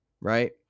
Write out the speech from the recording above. right